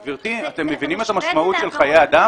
גברתי, אתם מבינים את המשמעות של חיי אדם?